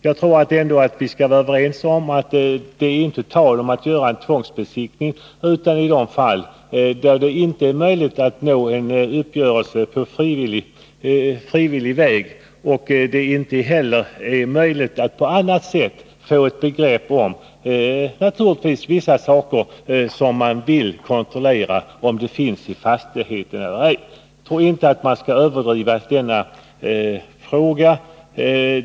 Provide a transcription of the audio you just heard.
Jag anser att vi bör kunna vara överens om att det inte är tal om att göra någon tvångsbesiktning utom just i de fall där det inte varit möjligt att nå en uppgörelse på frivillighetens väg och då det inte heller varit möjligt att på något annat sätt få ett begrepp om huruvida vissa saker, som man vill kontrollera, finns i fastigheten eller ej. Jag anser inte att man skall överdriva denna fråga.